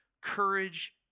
courage